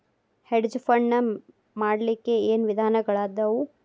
Hedge fund ನ ಮಾಡ್ಲಿಕ್ಕೆ ಏನ್ ವಿಧಾನಗಳದಾವು?